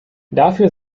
dafür